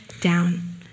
down